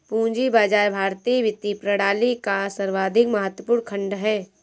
पूंजी बाजार भारतीय वित्तीय प्रणाली का सर्वाधिक महत्वपूर्ण खण्ड है